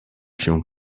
się